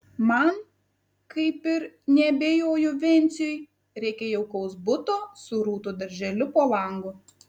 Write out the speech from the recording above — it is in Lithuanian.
man kaip ir neabejoju venciui reikia jaukaus buto su rūtų darželiu po langu